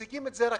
מושגת רק במאבק.